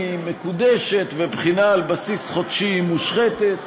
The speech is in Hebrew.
היא מקודשת ובחינה על בסיס חודשי היא מושחתת,